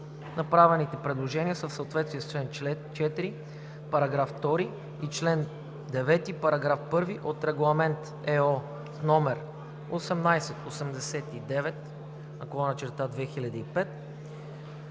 Направените предложения са в съответствие с член 4, параграф 2 и член 9, параграф 1 от Регламент (ЕО) № 1889/2005.